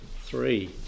Three